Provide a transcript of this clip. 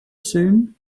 soon